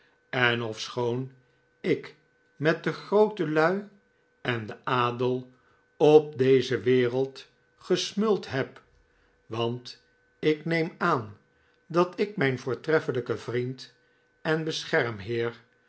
en ofschoon ik met de grootelui en den adel op deze wereld gesmuld heb want ik neem aan dat ik mijn voortreffelijken vriend en beschermheer